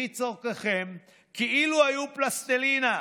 לפי צורכיכם כאילו היו פלסטלינה.